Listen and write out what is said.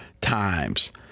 times